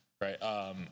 right